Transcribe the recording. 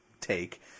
take